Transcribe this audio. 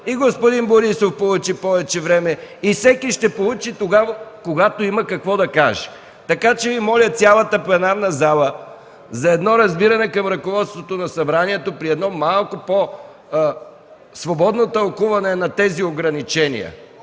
И господин Борисов получи повече време, и всеки ще получи, когато има какво да каже. Така че моля цялата пленарна зала за разбиране към ръководството на Събранието при едно малко по-свободно тълкуване на ограниченията.